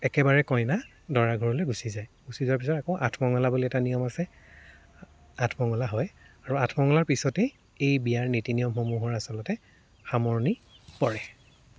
একেবাৰে কইনা দৰা ঘৰলৈ গুছি যায় গুছি যোৱাৰ পিছত আকৌ আঠমঙলা বুলি এটা নিয়ম আছে আঠমঙলা হয় আৰু আঠমঙলাৰ পিছতে এই বিয়াৰ নীতি নিয়মসমূহৰ আচলতে সামৰণি পৰে